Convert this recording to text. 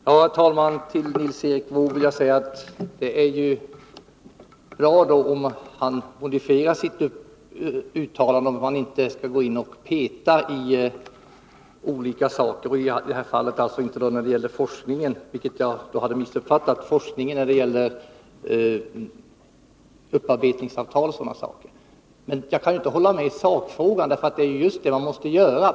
Herr talman! Det var bra att Nils Erik Wååg modifierade sitt uttalande om att gå in och ”peta” i olika saker. Han menade att man inte skulle göra det med hänsyn till forskning när det gäller upparbetning och sådant, vilket jag hade missuppfattat. Men jag kan inte hålla med honom i sakfrågan, därför att det är ju just det man måste göra.